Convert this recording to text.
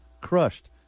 crushed